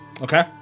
Okay